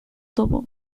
topo